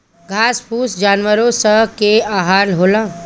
घास फूस जानवरो स के आहार होला